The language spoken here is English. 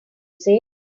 say